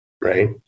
right